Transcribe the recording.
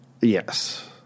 Yes